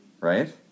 right